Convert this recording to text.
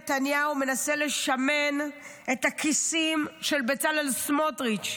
נתניהו מנסה לשמן את הכיסים של בצלאל סמוטריץ',